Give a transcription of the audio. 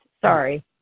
Sorry